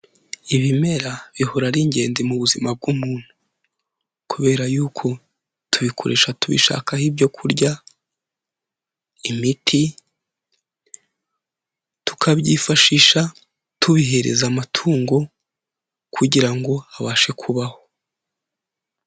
Ibimera bihora ari ingenzi mu buzima bw'umuntu, kubera y'uko tubikoresha tubishakaho ibyoku kurya, imiti, tukabyifashisha tubihereza amatungo, kugira ngo abashe kubaho.